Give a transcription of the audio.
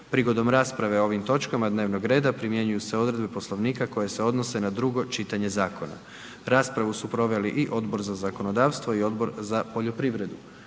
Prigodom rasprave o ovim točkama dnevnog reda primjenjuju se odredbe Poslovnika koje se odnose na drugo čitanje zakona. Raspravu su proveli i Odbor za zakonodavstvo i Odbor za poljoprivredu.